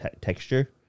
texture